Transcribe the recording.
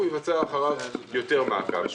הוא יבצע אחריו יותר מעקב.